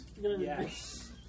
Yes